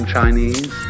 Chinese